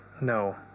no